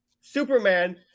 Superman